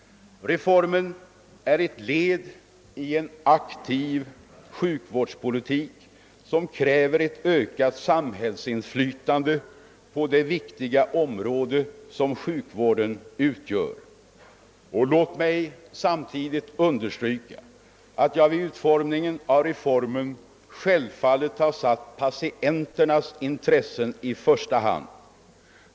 Reformen är ett led i en aktiv sjukvårdspolitik, som kräver ett ökat samhällsinflytande på det viktiga område som sjukvården utgör. Låt mig samtidigt understryka, att jag vid utarbetandet av reformen självfallet har satt patienternas intressen i första hand.